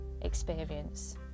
experience